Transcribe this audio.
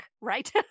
right